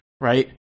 right